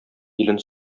илен